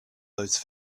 those